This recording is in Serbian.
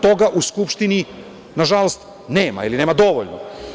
Toga u Skupštini, na žalost, nema ili nema dovoljno.